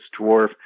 dwarf